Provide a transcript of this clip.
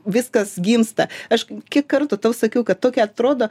viskas gimsta aš kiek kartų tau sakiau kad tokia atrodo